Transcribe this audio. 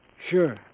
Sure